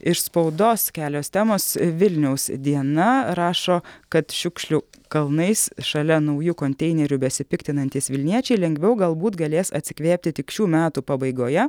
iš spaudos kelios temos vilniaus diena rašo kad šiukšlių kalnais šalia naujų konteinerių besipiktinantys vilniečiai lengviau galbūt galės atsikvėpti tik šių metų pabaigoje